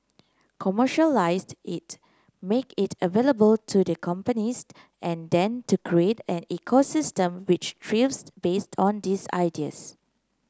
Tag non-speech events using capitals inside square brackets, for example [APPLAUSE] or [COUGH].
commercialised it make it available to the companies [UNINTELLIGIBLE] and then to create an ecosystem which thrives based on these ideas